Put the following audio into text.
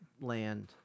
land